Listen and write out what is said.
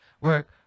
work